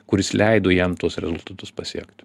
kuris leido jam tuos rezultatus pasiekt